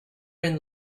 and